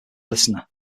listener